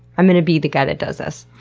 i'm going to be the guy that does this?